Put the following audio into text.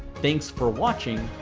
thanks for watching,